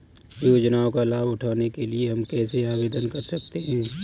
योजनाओं का लाभ उठाने के लिए हम कैसे आवेदन कर सकते हैं?